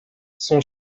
son